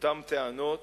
אותן טענות,